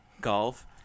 golf